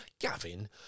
Gavin